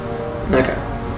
Okay